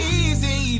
easy